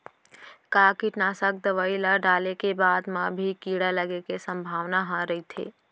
का कीटनाशक दवई ल डाले के बाद म भी कीड़ा लगे के संभावना ह रइथे?